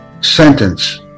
sentence